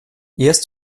erst